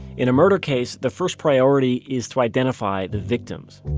in a murder case, the first priority is to identify the victims.